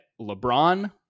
LeBron